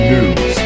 News